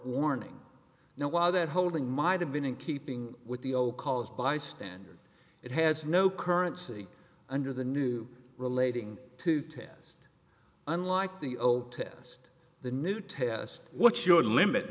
warning now while that holding might have been in keeping with the old cause by standard it has no currency under the new relating to test unlike the old test the new test what's your limit